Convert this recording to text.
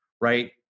right